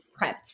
prepped